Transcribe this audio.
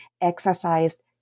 exercised